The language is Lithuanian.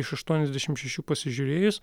iš aštuoniasdešim šešių pasižiūrėjus